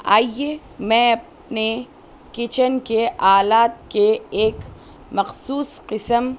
آئیے میں اپنے کچن کے آلات کے ایک مخصوص قسم